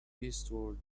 eastward